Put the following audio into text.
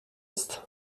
ist